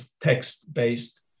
text-based